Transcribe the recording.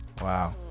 Wow